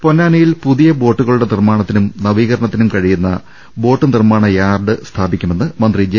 പൊന്നാനിയിൽ പുതിയ ബോട്ടുകളുടെ നിർമ്മാണ ത്തിനും നവീകരണത്തിനും കഴിയുന്ന ബോട്ട് നിർമ്മാണ യാർഡ് സ്ഥാപിക്കുമെന്ന് മന്ത്രി ജെ